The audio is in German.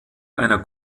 einer